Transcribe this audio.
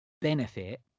benefit